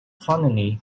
colony